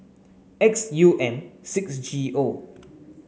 X U M six G O